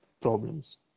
problems